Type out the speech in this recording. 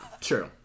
true